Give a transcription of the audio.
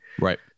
Right